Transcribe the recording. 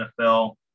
NFL